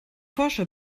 forscher